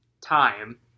time